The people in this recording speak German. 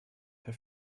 per